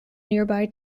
nearby